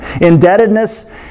Indebtedness